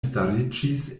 stariĝis